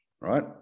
right